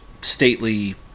stately